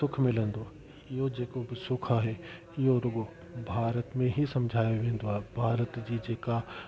सुख मिलंदो इहो जेको बि सुख आहे इहो रुगो भारत में ई सम्झायो वेंदो आहे भारत जी जेका